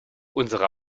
unsere